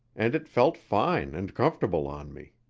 and it felt fine and comfortable on me.